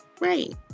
right